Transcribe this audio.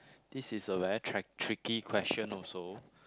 this is a very track~ tricky question also